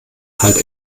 halt